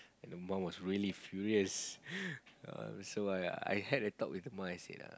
and the mom was really furious err so I I had a talk with the ma I said uh